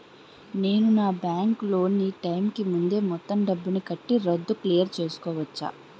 నేను నా bank loan నీ టైం కీ ముందే మొత్తం డబ్బుని కట్టి రద్దు క్లియర్ చేసుకోవచ్చా?